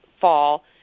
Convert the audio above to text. fall